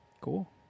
Cool